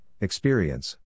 experience